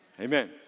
Amen